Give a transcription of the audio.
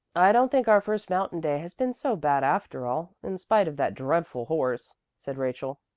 i don't think our first mountain day has been so bad after all, in spite of that dreadful horse, said rachel.